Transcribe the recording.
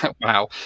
wow